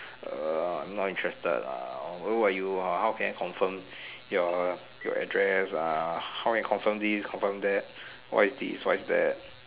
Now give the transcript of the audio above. uh I am not interested lah who are you ah how can I confirm your your address ah how I confirm this confirm that what's this what's that